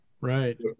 right